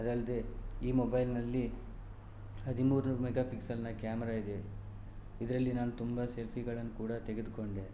ಅದಲ್ಲದೆ ಈ ಮೊಬೈಲನಲ್ಲಿ ಹದಿಮೂರು ಮೆಗಾ ಪಿಕ್ಸೆಲ್ನ ಕ್ಯಾಮ್ರಾ ಇದೆ ಇದರಲ್ಲಿ ನಾನು ತುಂಬ ಸೆಲ್ಫಿಗಳನ್ನು ಕೂಡ ತೆಗೆದುಕೊಂಡೆ